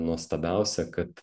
nuostabiausia kad